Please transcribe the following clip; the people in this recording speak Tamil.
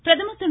பிரதமர் திரு